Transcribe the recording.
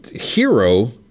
hero